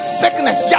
sickness